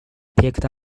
picked